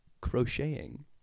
crocheting